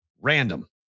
random